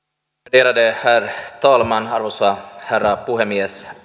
värderade herr talman arvoisa herra puhemies